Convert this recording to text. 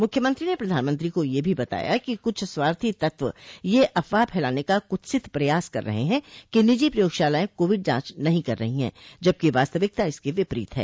मुख्यमंत्री ने प्रधानमंत्री को यह भी बताया कि कुछ स्वार्थी तत्व यह अफवाह फैलाने का कुत्सित प्रयास कर रहे कि निजी प्रयोगशालाएं कोविड जांच नही कर रहीं जबकि वास्तविकता इसके विपरीत है